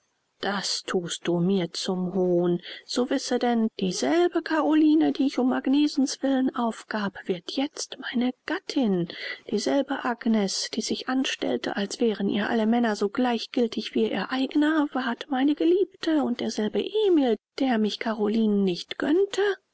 das thust du mir zum hohn so wisse denn dieselbe caroline die ich um agnesens willen aufgab wird jetzt meine gattin dieselbe agnes die sich anstellte als wären ihr alle männer so gleichgiltig wie ihr eigener ward meine geliebte und derselbe emil der mich carolinen nicht gönnte